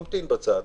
ממתין בצד